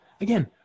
again